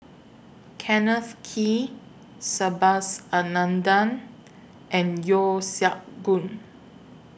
Kenneth Kee Subhas Anandan and Yeo Siak Goon